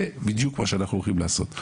זה בדיוק מה שאנחנו הולכים לעשות.